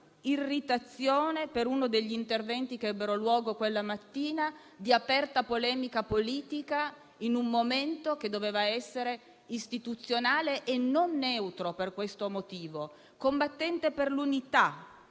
irritazione per uno degli interventi che ebbero luogo quella mattina, di aperta polemica politica in un momento che doveva essere istituzionale - e non neutro - per questo motivo. Combattente per l'unità,